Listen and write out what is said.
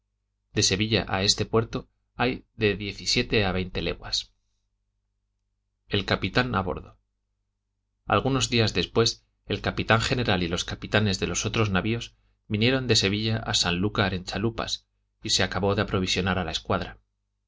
de sevilla a este puerto hay de diez y siete a veinte leguas el capitán a bordo algunos días después el capitán general y los capitanes de los otros navios vinieron de sevilla a sanlúcar en chalupas y se acabó de aprovisionar a la escuadra